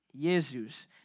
jesus